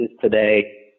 today